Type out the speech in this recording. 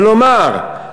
ולומר,